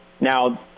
Now